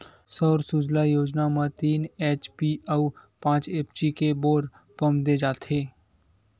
सौर सूजला योजना म तीन एच.पी अउ पाँच एच.पी के बोर पंप दे जाथेय